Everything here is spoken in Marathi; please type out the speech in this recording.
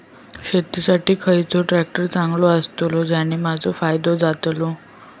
शेती साठी खयचो ट्रॅक्टर चांगलो अस्तलो ज्याने माजो फायदो जातलो?